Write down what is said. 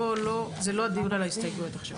זה לא הדיון על ההסתייגויות עכשיו.